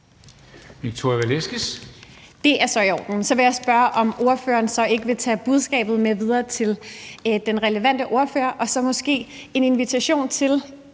Victoria Velasquez (EL): Det er så i orden. Så vil jeg spørge, om ordføreren så ikke vil tage budskabet med videre til den relevante ordfører, og så er det måske en invitation til